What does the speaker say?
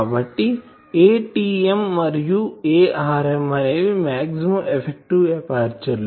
కాబట్టి Atm మరియు Arm అనేవి మాక్సిమం ఎఫెక్టివ్ ఎపర్చరు లు